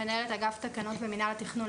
אני מנהלת אגף תקנות במינהל התכנון.